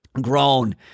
grown